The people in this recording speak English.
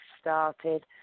started